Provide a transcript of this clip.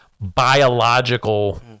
biological